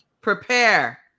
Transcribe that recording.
prepare